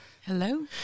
hello